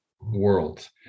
world